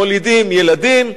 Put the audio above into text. מולידים ילדים,